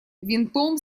винтом